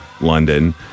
London